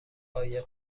قایق